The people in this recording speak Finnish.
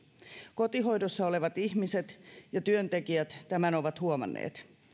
kotihoidossa olevat ihmiset ja työntekijät tämän ovat huomanneet